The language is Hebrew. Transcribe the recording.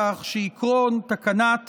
שעקרון תקנת